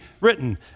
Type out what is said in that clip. written